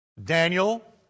Daniel